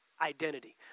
identity